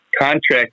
contract